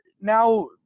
now